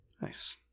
Nice